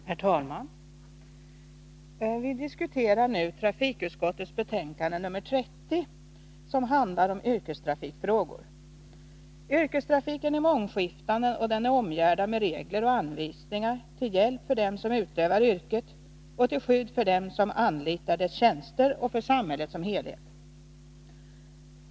Herr talman! Vi diskuterar nu trafikutskottets betänkande nr 30, som handlar om yrkestrafikfrågor. Yrkestrafiken är mångskiftande, och den är omgärdad med regler och anvisningar till hjälp för dem som utövar yrket och till skydd för dem som anlitar dess tjänster och för samhället som helhet.